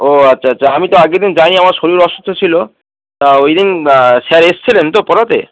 ও আচ্ছা আচ্ছা আমি তো আগেরদিন যাইনি আমার শরীর অসুস্থ ছিলো তা ওই দিন স্যার এসছিলেন তো পড়াতে